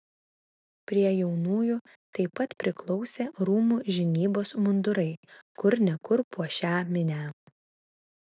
prie jaunųjų taip pat priklausė rūmų žinybos mundurai kur ne kur puošią minią